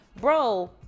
bro